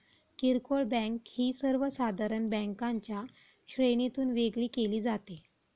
किरकोळ बँक ही सर्वसाधारण बँकांच्या श्रेणीतून वेगळी केली जाते